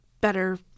better